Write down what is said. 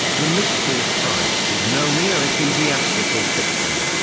the mystery of christ is no mere ecclesiastical fiction.